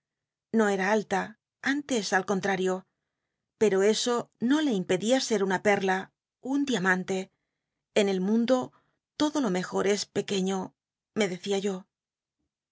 no era alla antes al co ut aaio jlci'o eso no le imped ía ser una pcda un diamante en el mundo todo lo es pequeíio lile decía yo